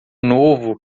novo